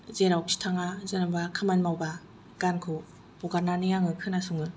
जेरावखि थाङा जेनबा खामानि मावबा गानखौ हगारनानै आङो खोनासङो